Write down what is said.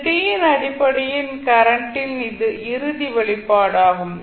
இது t இன் அடிப்படையில் கரண்டின் இறுதி வெளிப்பாடு ஆகும்